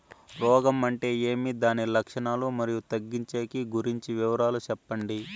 రోగం అంటే ఏమి దాని లక్షణాలు, మరియు తగ్గించేకి గురించి వివరాలు సెప్పండి?